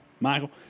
Michael